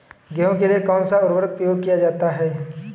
गेहूँ के लिए कौनसा उर्वरक प्रयोग किया जाता है?